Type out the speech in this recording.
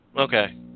Okay